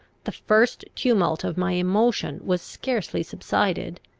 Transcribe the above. the first tumult of my emotion was scarcely subsided,